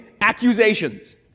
accusations